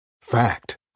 fact